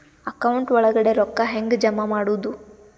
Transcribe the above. Account ಒಳಗಡೆ ರೊಕ್ಕ ಹೆಂಗ್ ಜಮಾ ಮಾಡುದು?